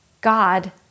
God